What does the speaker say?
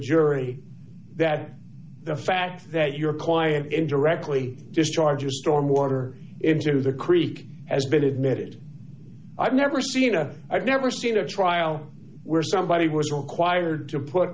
jury that the fact that your client indirectly discharges stormwater into the creek has been admitted i've never seen a i've never seen a trial where somebody was required to put